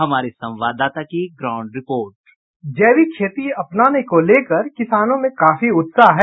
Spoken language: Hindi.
हमारे संवाददाता की ग्राउंड रिपोर्ट साउंड बाईट जैविक खेती अपनाने को लेकर किसानों में काफी उत्साह है